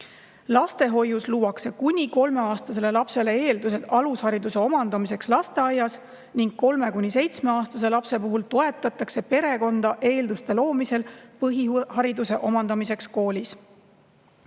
Lastehoius luuakse kuni kolmeaastasele lapsele eeldused alushariduse omandamiseks lasteaias ning kolme‑ kuni seitsmeaastase lapse puhul toetatakse perekonda eelduste loomisel põhihariduse omandamiseks koolis.